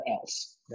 else